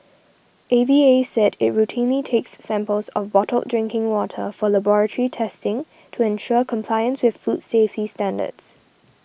A V A said it routinely takes samples of bottled drinking water for laboratory testing to ensure compliance with food safety standards